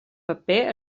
paper